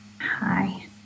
Hi